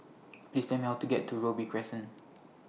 Please Tell Me How to get to Robey Crescent